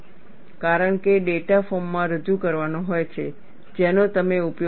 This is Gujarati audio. કારણ કે ડેટા ફોર્મમાં રજૂ કરવાનો હોય છે જેનો તમે ઉપયોગ કરી શકો